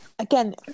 again